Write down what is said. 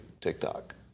TikTok